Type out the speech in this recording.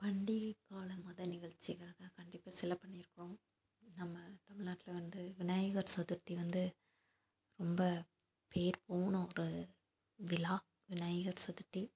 பண்டிகைக்கால மத நிகழ்ச்சிகளை கா கண்டிப்பாக சில பண்ணியிருக்கறோம் நம்ம தமிழ் நாட்டில் வந்து விநாயகர் சதுர்த்தி வந்து ரொம்ப பேர் போன ஒரு விழா விநாயகர் சதுர்த்தி